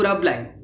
blind